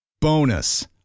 Bonus